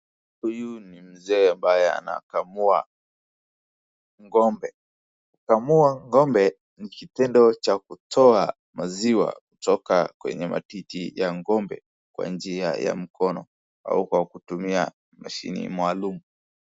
Huyu ni mzee ambaye anakamua ng'ombe. Kukamua ng'ombe ni kitendo cha kutoa maziwa kutoka kwenye matiti ya ng'ombe kwa njia ya mkono au kwa kutumia mashine maalum.